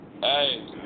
hey